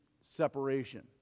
Separation